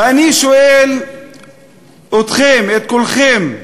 ואני שואל אתכם, את כולכם: